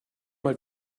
mal